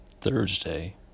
Thursday